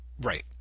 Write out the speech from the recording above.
Right